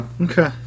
Okay